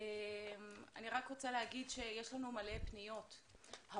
יש לנו מלא פניות,